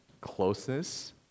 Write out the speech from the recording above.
closeness